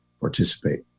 participate